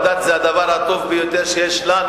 הדת זה הדבר הטוב ביותר שיש לנו,